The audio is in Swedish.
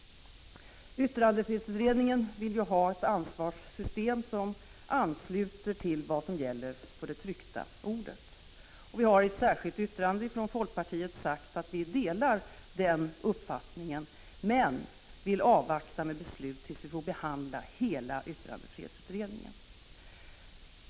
Yttrandefrihetsutredningen vill ju ha ett ansvarssystem som ansluter till vad som gäller för det tryckta ordet. Vi har i ett särskilt yttrande från folkpartiet sagt att vi delar den uppfattningen men vill avvakta med beslut tills vi får behandla hela yttrandefrihetsutredningen.